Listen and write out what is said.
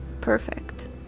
perfect